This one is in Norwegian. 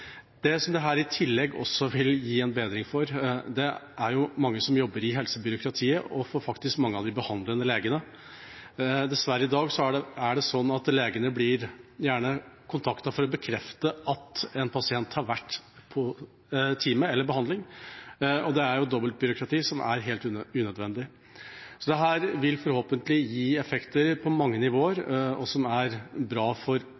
som dette også vil gi en bedring for – det er jo mange som jobber i helsebyråkratiet – er mange av de behandlende legene. Dessverre er det slik i dag at legene gjerne blir kontaktet for å bekrefte at en pasient har vært inne til time eller på behandling. Det er dobbeltbyråkrati, som er helt unødvendig. Dette vil forhåpentlig gi effekter på mange nivåer, som er bra for